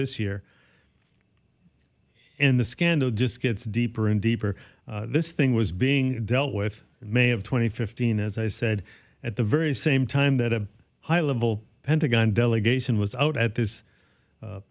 this year in the scandal just gets deeper and deeper this thing was being dealt with may have twenty fifteen as i said at the very same time that a high level pentagon delegation was out at this